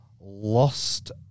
Lost